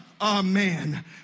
amen